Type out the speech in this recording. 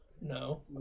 No